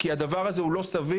כי הדבר הזה הוא לא סביר,